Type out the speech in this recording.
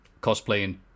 cosplaying